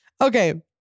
Okay